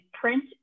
print